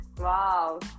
Wow